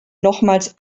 nochmals